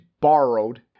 borrowed